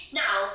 now